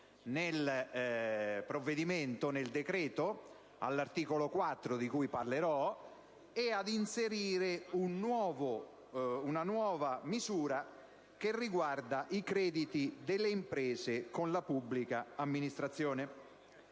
quello contenuto nel decreto-legge all'articolo 4, di cui poi parlerò, e ad inserire una nuova misura che riguarda i crediti delle imprese con la pubblica amministrazione.